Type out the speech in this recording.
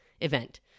event